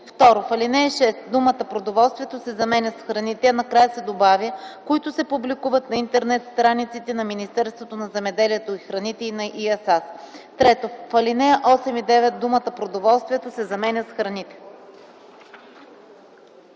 В ал. 6 думата „продоволствието” се заменя с „храните”, а накрая се добавя „които се публикуват на интернет страниците на Министерството на земеделието и храните и на ИАСАС.” 3. В алинеи 8 и 9 думата „продоволствието” се заменя с „храните”.”